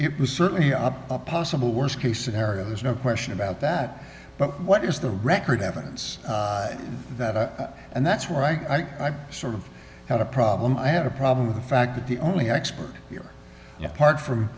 it was certainly are possible worst case scenario there's no question about that but what is the record evidence that and that's where i sort of had a problem i had a problem with the fact that the only expert